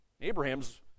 Abraham's